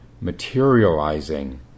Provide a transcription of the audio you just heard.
materializing